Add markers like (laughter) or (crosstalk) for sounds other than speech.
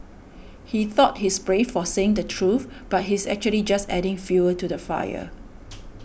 he thought he's brave for saying the truth but he's actually just adding fuel to the fire (noise)